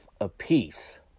apiece